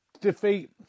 defeat